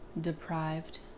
deprived